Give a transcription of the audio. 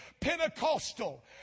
Pentecostal